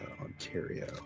ontario